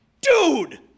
Dude